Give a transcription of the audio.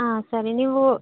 ಆಂ ಸರಿ ನೀವು